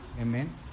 Amen